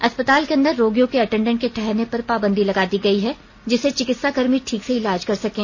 अस्पताल के अंदर रोगियों के अटेंडेंट के ठहरने पर पाबंदी लगा दी गई है जिससे चिकित्साकर्मी ठीक से इलाज कर सकें